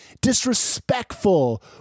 Disrespectful